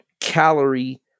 calorie